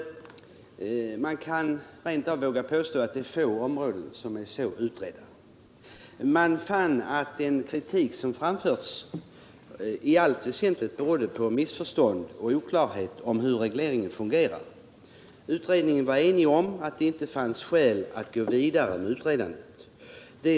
Man kan rent av våga påstå att få områden är så noggrant utredda. Man fann att den kritik som framförts i allt väsentligt berodde på missförstånd och oklarhet om hur regleringen fungerar. Utredningen var enig om att det inte fanns skäl att gå vidare med undersökningarna av förhållandena.